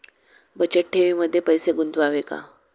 बचत ठेवीमध्ये पैसे गुंतवावे का?